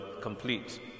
complete